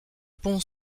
pont